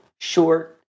short